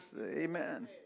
Amen